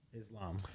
Islam